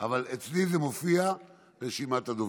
אבל אצלי זה מופיע כרשימת הדוברים.